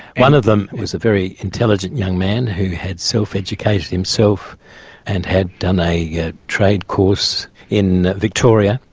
one of them is a very intelligent young man who had self-educated himself and had done a yeah trade course in victoria,